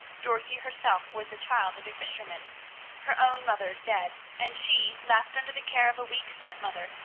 dorothy herself was the child of a fisherman her own mother dead, and she left under the care of a weak stepmother,